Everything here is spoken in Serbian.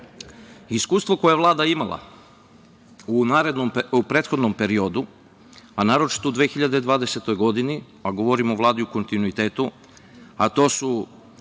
kovid. Iskustvo koje je Vlada imala u prethodnom periodu, a naročito u 2020. godini, govorim o Vladi u kontinuitetu, a to su